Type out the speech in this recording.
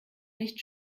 nicht